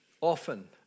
often